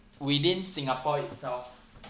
within singapore itself